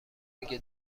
میگه